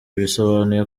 bisobanuye